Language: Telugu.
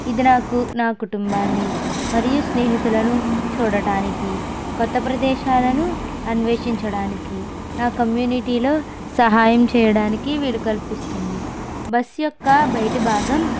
ఇది నాకు నా కుటుంబాన్ని మరియు స్నేహితులను చూడటానికి కొత్త ప్రదేశాలను అన్వేషించడానికి నా కమ్యూనిటీలో సహాయం చేయడానికి వీలు కల్పిస్తుంది బస్ యొక్క బయట భాగం